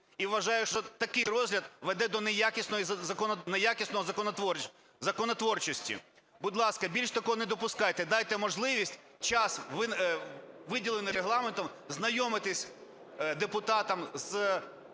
і вважаю, що такий розгляд веде до неякісної законотворчості. Будь ласка, більш такого не допускайте, дайте можливість час, виділений Регламентом, ознайомитись депутатам з